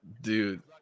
dude